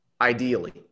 ideally